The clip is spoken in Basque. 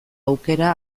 aukera